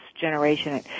generation